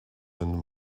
and